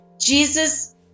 Jesus